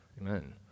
Amen